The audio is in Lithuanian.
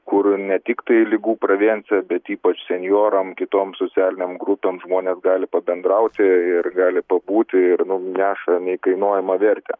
kur ne tiktai ligų prevėncija bet ypač senjoram kitom socialinėm grupėm žmonės gali pabendrauti ir gali pabūti ir nu neša neįkainuojamą vertę